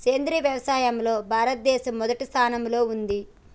సేంద్రియ వ్యవసాయంలో భారతదేశం మొదటి స్థానంలో ఉంది